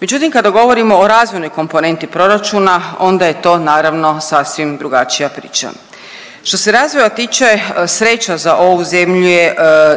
Međutim kada govorimo o razvojnoj komponenti proračuna onda je to naravno sasvim drugačija priča. Što se razvoja tiče sreća za ovu zemlju je